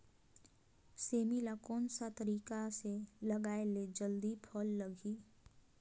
सेमी ला कोन सा तरीका से लगाय ले जल्दी फल लगही?